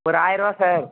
ஒரு ஆயரருவா சார்